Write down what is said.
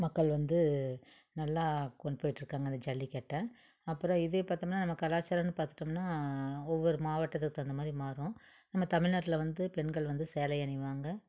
மக்கள் வந்து நல்லா கொண்டு போயிட்ருக்காங்க அந்த ஜல்லிக்கட்டை அப்புறம் இதே பார்த்தோம்ன்னா நம்ம கலாச்சாரம்னு பார்த்துட்டோம்ன்னா ஒவ்வொரு மாவட்டத்துக்கு தகுந்தமாரி மாறும் நம்ம தமிழ்நாட்ல வந்து பெண்கள் வந்து சேலை அணியுவாங்க